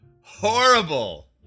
Horrible